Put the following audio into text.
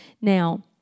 Now